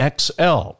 XL